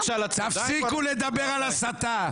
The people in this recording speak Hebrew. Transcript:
תפסיקו לדבר על הסתה.